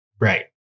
Right